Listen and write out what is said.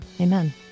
Amen